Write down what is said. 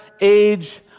age